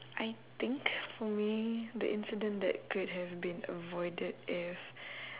I think for me the incident that could have been avoided if